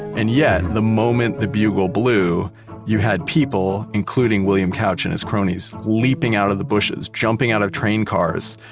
and yet, the moment the bugle blew you had people, including william couch and his cronies, leaping out of the bushes, jumping out of train cars,